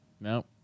No